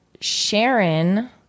Sharon